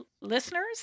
Listeners